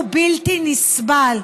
הוא בלתי נסבל,